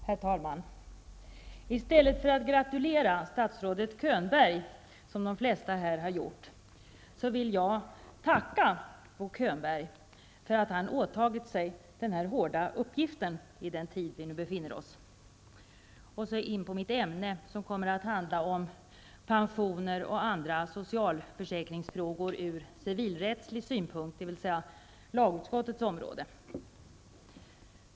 Herr talman! I stället för att gratulera statsrådet Könberg, som de flesta här har gjort, vill jag tacka Bo Könberg för att han åtagit sig den här hårda uppgiften i den tid som vi nu befinner oss i. Så till mitt ämne, som kommer att handla om pensioner och andra socialförsäkringsfrågor ur civilrättslig synpunkt, dvs. lagutskottets område.